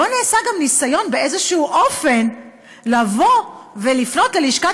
לא נעשה גם ניסיון באיזשהו אופן לפנות ללשכת